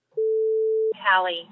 Hallie